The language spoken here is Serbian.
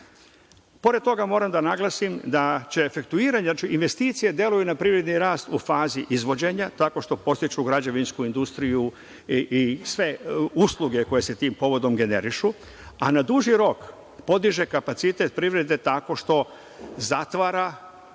cilju. Pored toga, moram da naglasim da će efektuiranje, znači investicije deluju na privredni rast u fazi izvođenja, tako što podstiču građevinsku industriju i sve usluge koje se tim povodom generišu, a na duži rok podiže kapacitet privrede tako što zatvara